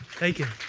thank you.